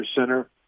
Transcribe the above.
center